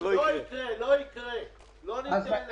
לא ניתן לזה.